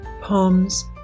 poems